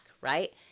right